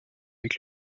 avec